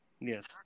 Yes